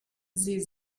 sie